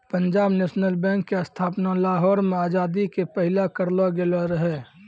पंजाब नेशनल बैंक के स्थापना लाहौर मे आजादी के पहिले करलो गेलो रहै